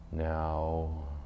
Now